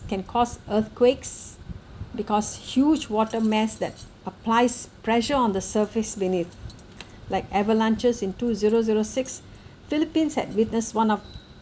can cause earthquakes because huge water mass that applies pressure on the surface beneath like avalanches in two zero zero six philippines had witnessed one of